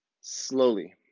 slowly